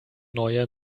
neue